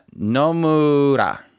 Nomura